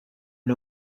and